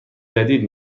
جدید